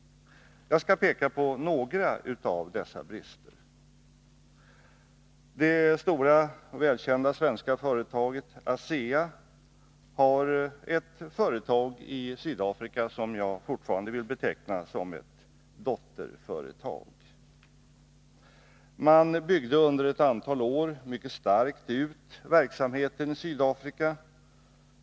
Jag skall peka på några av dessa brister. Det stora och välkända svenska företaget ASEA har ett företag i Sydafrika, som jag fortfarande vill beteckna såsom ett dotterföretag. Under ett antal år byggde man mycket starkt ut sin verksamhet i Sydafrika.